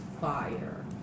fire